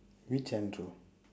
which andrew